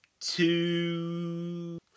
two